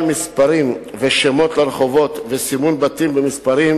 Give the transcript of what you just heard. מספרים ושמות לרחובות וסימון בתים במספרים),